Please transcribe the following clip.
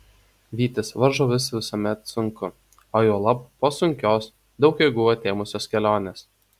vytis varžovus visuomet sunku o juolab po sunkios daug jėgų atėmusios kelionės